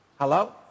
Hello